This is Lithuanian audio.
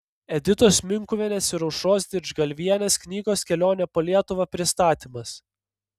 editos minkuvienės ir aušros didžgalvienės knygos kelionė po lietuvą pristatymas